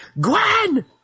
Gwen